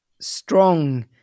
Strong